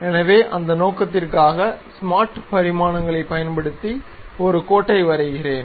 எனவே அந்த நோக்கத்திற்காக ஸ்மார்ட் பரிமாணங்களைப் பயன்படுத்தி ஒரு கோட்டை வரைகிறேன்